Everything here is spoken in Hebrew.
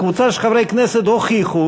קבוצה של חברי כנסת הוכיחו,